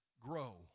grow